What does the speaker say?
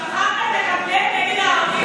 שכחתם את הקמפיין שלכם נגד הערבים?